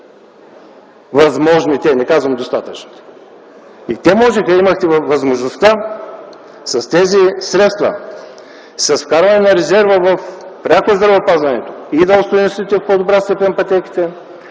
възможните, не казвам достатъчните. И можехте да имате възможността с тези средства, с вкарване на резерва пряко в здравеопазването, да остойностите в по-добра степен пътеките,